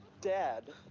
Dad